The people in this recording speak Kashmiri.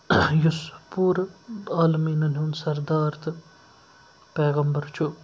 یُس پوٗرٕ عالمیٖنَن ہُنٛد سردار تہٕ پیغَمبر چھُ